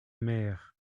mère